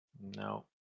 No